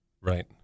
Right